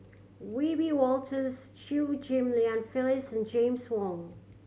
Wiebe Wolters Chew Ghim Lian Phyllis and James Wong